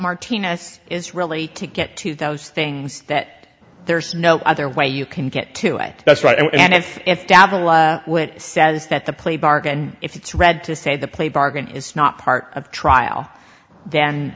martina's is really to get two thousand things that there's no other way you can get to it that's right and if it says that the plea bargain if it's read to say the plea bargain is not part of trial then